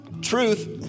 truth